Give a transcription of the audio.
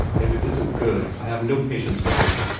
and it isn't good. i have no patience with it!